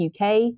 UK